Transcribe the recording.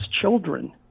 children